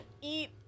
eat